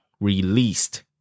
Released